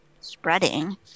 spreading